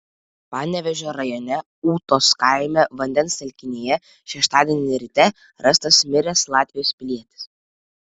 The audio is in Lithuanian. panevėžio rajone ūtos kaime vandens telkinyje šeštadienį ryte rastas miręs latvijos pilietis